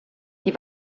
die